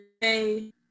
hey